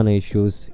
issues